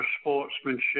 sportsmanship